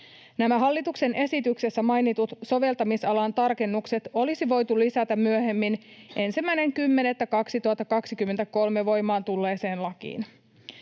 hallituksen esityksessä mainitut soveltamisalan tarkennukset olisi voitu lisätä myöhemmin 1.10.2023 voimaan tulleeseen lakiin,